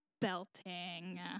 belting